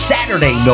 Saturday